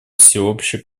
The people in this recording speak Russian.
всеобщее